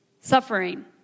suffering